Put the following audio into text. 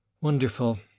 Wonderful